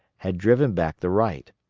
had driven back the right.